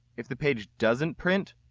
if the page doesn't print,